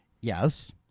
yes